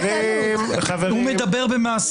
הוא מדבר במעשים.